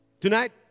tonight